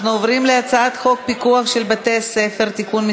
הצעת חוק לימוד חובה (תיקון,